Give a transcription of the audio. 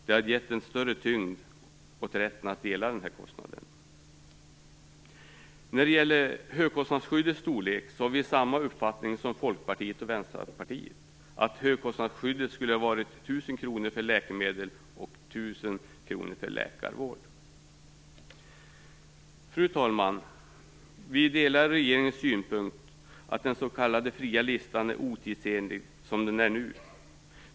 Det hade gett en större tyngd åt rätten att dela upp den här kostnaden. Vi har samma uppfattning som Folkpartiet och Fru talman! Vi delar regeringens synpunkt att den s.k. fria listan är otidsenlig som den nu ser ut.